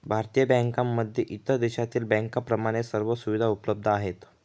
भारतीय बँकांमध्ये इतर देशातील बँकांप्रमाणे सर्व सुविधा उपलब्ध आहेत